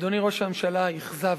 אדוני ראש הממשלה, אכזבת.